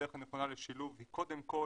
הדרך הנכונה לשילוב היא קודם כל